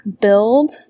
build